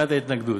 בשמיעת ההתנגדות.